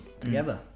together